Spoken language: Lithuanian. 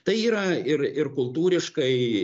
tai yra ir ir kultūriškai